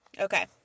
Okay